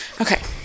Okay